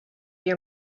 your